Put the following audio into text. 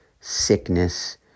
sickness